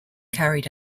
carried